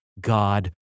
God